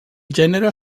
gènere